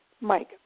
Mike